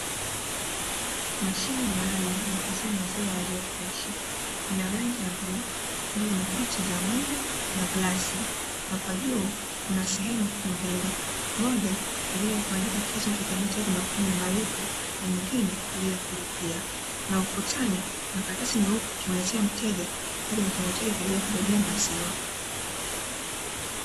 Mashine maalumu ya kuuzia maziwa yaliyo freshi ina rangi ya bluu pamoja na picha za ng'ombe na glasi na kwa juu kuna sehemu kuu mbili, moja kwa ajili ya kuandika kiasi ulichokihitaji na kufanya malipo na nyingine kwa ajili ya kulipia, na ukutani kuna karatsi nyeupe ikimuelezea mteja aje na chombo chake kwa ajili ya kubebea maziwa.